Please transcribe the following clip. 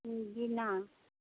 जी नहि